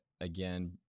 again